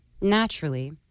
naturally